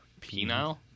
penile